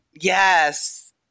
Yes